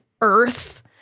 earth